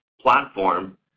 platform